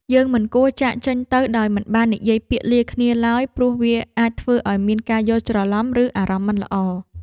យើងមិនគួរចាកចេញទៅដោយមិនបាននិយាយពាក្យលាគ្នាឡើយព្រោះវាអាចធ្វើឱ្យមានការយល់ច្រឡំឬអារម្មណ៍មិនល្អ។